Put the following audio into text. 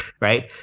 right